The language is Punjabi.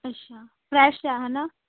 ਅੱਛਾ ਫਰੈਸ਼ ਹੈ ਹੈ ਨਾ